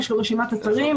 יש לו רשימת אתרים,